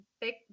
big